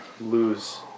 lose